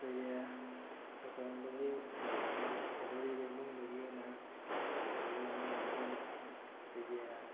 ꯑꯩꯈꯣꯏꯒꯤ ꯂꯨꯍꯣꯡꯕꯒꯤ ꯂꯨꯍꯣꯡꯒꯗꯧꯔꯤꯕ ꯏꯃꯨꯡꯗꯨꯒꯤ ꯑꯣꯏꯅ ꯂꯨꯍꯣꯡꯒꯗꯧꯔꯤꯕ ꯏꯃꯨꯡꯗꯨꯒꯤ ꯃꯤꯅ ꯑꯩꯈꯣꯏꯒꯤ